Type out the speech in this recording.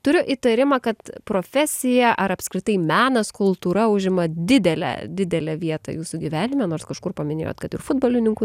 turiu įtarimą kad profesija ar apskritai menas kultūra užima didelę didelę vietą jūsų gyvenime nors kažkur paminėjot kad ir futbolininku